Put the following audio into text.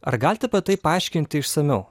ar galite tai paaiškinti išsamiau